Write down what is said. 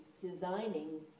designing